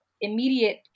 immediate